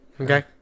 Okay